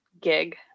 gig